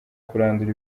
kurandura